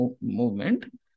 movement